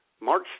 March